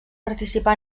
participà